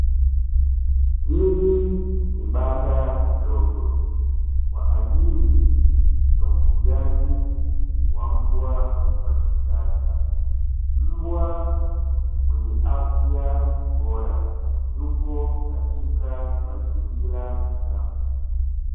Hili ni banda dogo, kwa ajili ya ufugaji wa mbwa wa kisasa. Mbwa mwenye afya bora yupo katika mazingira safi.